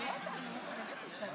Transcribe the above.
ראשון